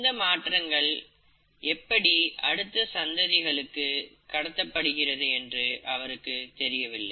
இந்த மாற்றங்கள் எப்படி அடுத்த சந்ததிகளுக்கு கடத்தப் படுகிறது என்றும் அவருக்கு தெரியவில்லை